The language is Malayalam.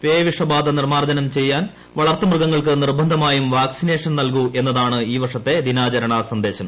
പേവിഷബാധ നിർമാർജനം ചെയ്യാൻ വളർത്തു മൃഗങ്ങൾക്ക് നിർബന്ധമായും വാക്സിനേഷൻ നൽകൂ എന്നതാണ് ഈ വർഷത്തെ ദിനാചരണ സന്ദേശം